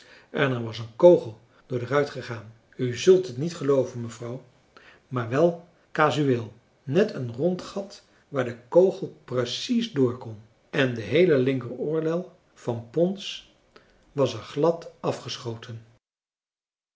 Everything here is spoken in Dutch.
en er was een kogel door de ruit gegaan u zult het niet gelooven mevrouw maar wel casueel net een rond gat waar de kogel precies door kon en de heele linker oorlel van pons was er glad afgeschoten